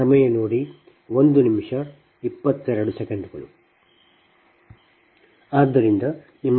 ಆದ್ದರಿಂದ ನಿಮ್ಮ ಸಮ್ಮಿತೀಯ ಘಟಕಕ್ಕೆ ನಾವು ಬರೋಣ